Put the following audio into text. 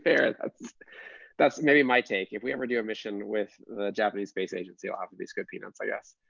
fair, that's that's maybe my take. if we ever do a mission with the japanese space agency, it'll have to be squid peanuts, i guess.